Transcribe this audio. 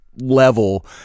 level